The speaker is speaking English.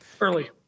early